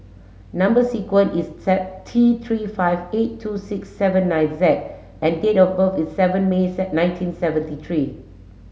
number sequence is T three five eight two six seven nine Z and date of birth is seven May nineteen seventy three